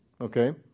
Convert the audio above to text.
okay